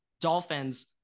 dolphins